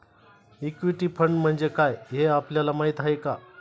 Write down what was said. Equity fund म्हणजे काय, हे आपल्याला माहीत आहे का?